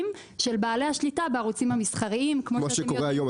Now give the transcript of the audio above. של בעלי השליטה בערוצים המסחריים -- כמו שקורה היום,